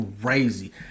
crazy